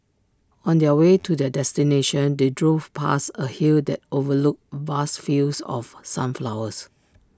on their way to their destination they drove past A hill that overlooked vast fields of sunflowers